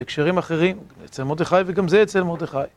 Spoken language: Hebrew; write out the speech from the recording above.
הקשרים אחרים, אצל מרדכי וגם זה אצל מרדכי.